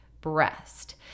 breast